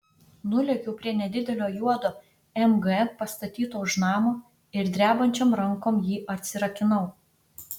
nulėkiau prie nedidelio juodo mg pastatyto už namo ir drebančiom rankom jį atsirakinau